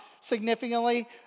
significantly